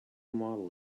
model